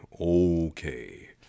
okay